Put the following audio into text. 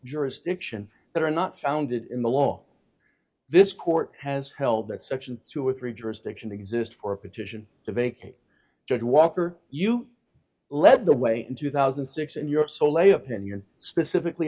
jurisdiction that are not founded in the law this court has held that section two or three jurisdiction exist for a petition to vacate judge walker you led the way in two thousand and six and you're sol a opinion specifically